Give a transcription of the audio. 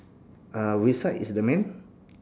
uh which side is the man